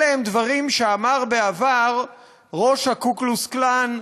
אלה הם דברים שאמר בעבר ראש ה"קו קלוקס קלן",